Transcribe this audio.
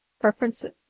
preferences